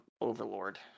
overlord